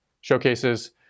showcases